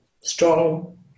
strong